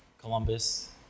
Columbus